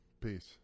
Peace